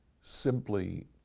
simply